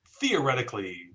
theoretically